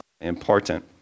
important